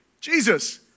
Jesus